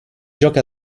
gioca